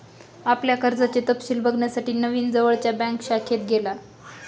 आपल्या कर्जाचे तपशिल बघण्यासाठी नवीन जवळच्या बँक शाखेत गेला